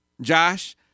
Josh